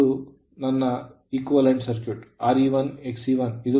ಇದು ನನ್ನ ಸಮಾನ ಸರ್ಕ್ಯೂಟ್ Re1 Xe1